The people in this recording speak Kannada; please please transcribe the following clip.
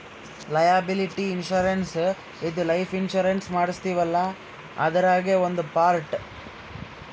ಲಯಾಬಿಲಿಟಿ ಇನ್ಶೂರೆನ್ಸ್ ಇದು ಲೈಫ್ ಇನ್ಶೂರೆನ್ಸ್ ಮಾಡಸ್ತೀವಲ್ಲ ಅದ್ರಾಗೇ ಒಂದ್ ಪಾರ್ಟ್